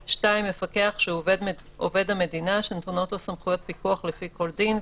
(2) מפקח שהוא עובד המדינה שנתונות לו סמכויות פיקוח לפי כל דין,